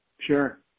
Sure